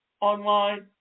online